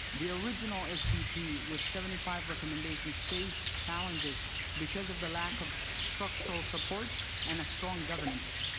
the original sdp with seventy five recommendations faced challenges because of the lack of structural supports and a strong governance.